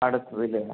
അടച്ചു ഇല്ല ഇല്ല